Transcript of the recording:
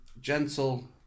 gentle